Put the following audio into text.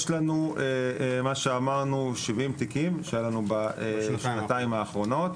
יש לנו מה שאמרנו 70 תיקים שהיו לנו בשנתיים האחרונות.